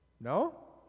No